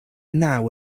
now